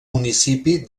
municipi